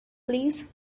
please